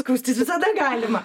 skųstis visada galima